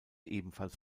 ebenfalls